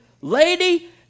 lady